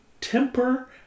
temper